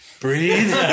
breathe